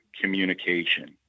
communication